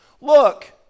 Look